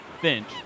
Finch